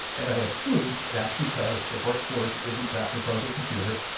and i assume that's because the workforce, isn't trapped in front of their computer,